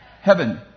heaven